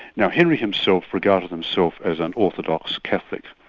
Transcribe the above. now henry himself regarded himself as an orthodox catholic,